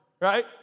right